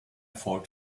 fault